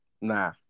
Nah